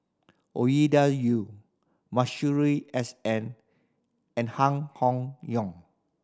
Ovidia Yu Masuri S N and Han Hong Yong